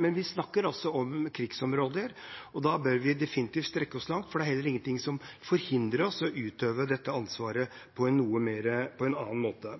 men vi snakker altså om krigsområder, og da bør vi definitivt strekke oss langt. Det er heller ingenting som hindrer oss i å utøve dette ansvaret på en annen måte.